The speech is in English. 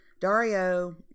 Dario